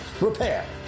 repair